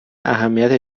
اهمیت